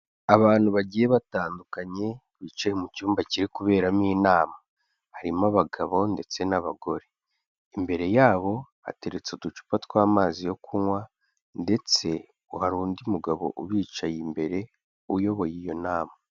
Abantu bagiye batandukanye, bicaye mu cyumba kiri kuberamo inama, harimo abagabo ndetse n'abagore imbere yabo hateretse uducupa tw'amazi yo kunywa, ndetse hari undi mugabo ubicaye imbere uyoboye iyo nama.